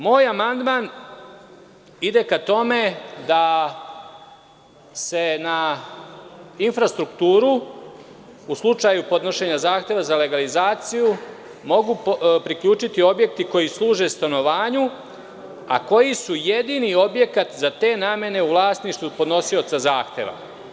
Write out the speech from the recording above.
Moj amandman ide ka tome da se na infrastrukturu, u slučaju podnošenja zahteva za legalizaciju, mogu priključiti objekti koji služe stanovanju, a koji su jedini objekat za te namene u vlasništvu podnosioca zahteva.